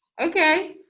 Okay